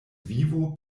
vivo